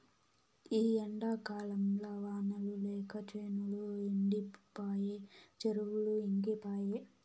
ఈ ఎండాకాలంల వానలు లేక చేనులు ఎండిపాయె చెరువులు ఇంకిపాయె